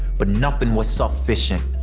but nothing was sufficient.